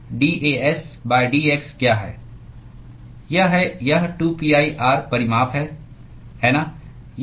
यह है यह 2 pi r परिमाप है है ना